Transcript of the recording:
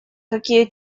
какие